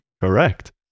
Correct